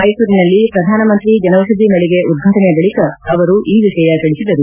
ಮೈಸೂರಿನಲ್ಲಿ ಪ್ರಧಾನಮಂತ್ರಿ ಜನೌಷಧಿ ಮಳಿಗೆ ಉದ್ವಾಟನೆ ಬಳಿಕ ಅವರು ಈ ವಿಷಯ ತಿಳಿಸಿದರು